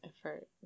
Effort